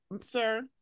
sir